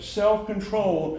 self-control